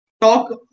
talk